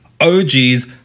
OG's